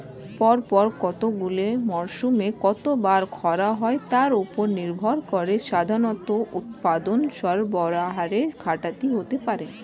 পরপর কতগুলি মরসুমে কতবার খরা হয় তার উপর নির্ভর করে সাধারণত উৎপাদন সরবরাহের ঘাটতি হতে পারে